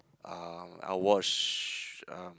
uh I'll watch uh